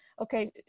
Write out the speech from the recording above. okay